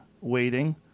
waiting